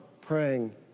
praying